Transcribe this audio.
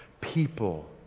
people